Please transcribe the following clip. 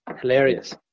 hilarious